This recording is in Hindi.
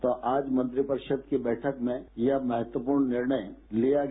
तो आज मंत्रिपरिषद की बैठक में यह महत्वपूर्ण निर्णय लिया गया